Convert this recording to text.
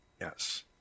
Yes